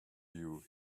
you